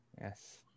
Yes